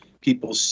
people